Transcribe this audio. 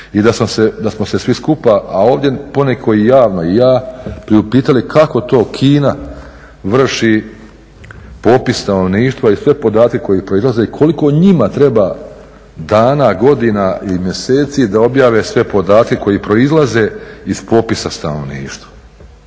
i da smo se svi skupa, a ovdje po neko javno kao i ja priupitali kako to Kina vrši popis stanovništva i sve podatke koji proizlaze i koliko njima treba dana, godina i mjeseci da objave sve podatke koji proizlaze iz popisa stanovništva.